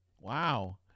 Wow